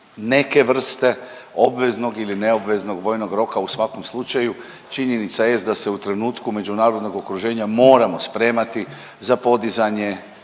neke vrste obveznog ili neobveznog vojnog roka. U svakom slučaju činjenica jest da se u trenutku međunarodnog okruženja moramo spremati za podizanje